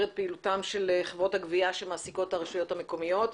את פעילותן של חברות הגבייה שמעסיקות הרשויות המקומיות.